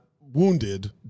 wounded